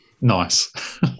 nice